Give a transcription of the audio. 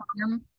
farm